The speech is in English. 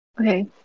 Okay